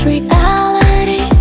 Reality